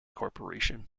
corporation